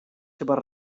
seves